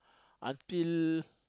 until